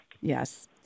Yes